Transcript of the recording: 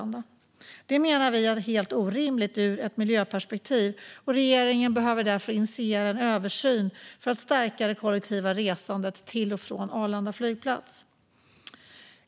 Detta menar vi är helt orimligt ur ett miljöperspektiv, och regeringen behöver därför initiera en översyn för att stärka det kollektiva resandet till och från Arlanda flygplats.